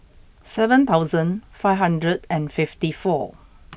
seven thousand five hundred and fifty four